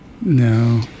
No